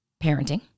parenting